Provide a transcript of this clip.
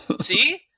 See